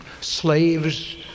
slaves